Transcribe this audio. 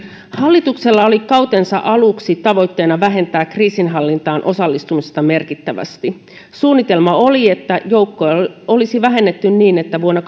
hallituksella oli kautensa aluksi tavoitteena vähentää kriisinhallintaan osallistumista merkittävästi suunnitelma oli että joukkoja olisi vähennetty niin että vuonna